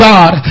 God